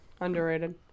Underrated